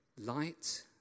light